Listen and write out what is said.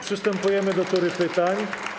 Przystępujemy do tury pytań.